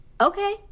Okay